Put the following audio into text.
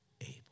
able